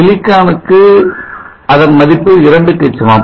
silicon க்கு அதன் மதிப்பு இரண்டுக்கு சமம்